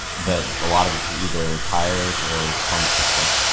but, a lot of it's either tires or component so